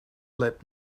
let